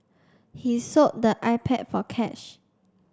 he sold the iPad for cash